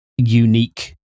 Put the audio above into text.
unique